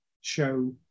show